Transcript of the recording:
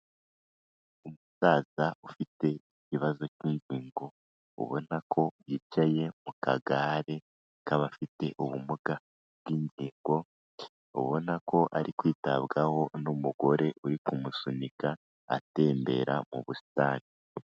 Umusaza ufite ikibazo cy'ingingo ubona ko yicaye mu kagare k'abafite ubumuga bw'ingigo, ubona ko ari kwitabwaho n'umugore uri kumusunika atembera mu busitani.